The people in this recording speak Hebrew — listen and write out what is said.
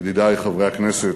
ידידי חברי הכנסת,